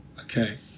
Okay